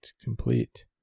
complete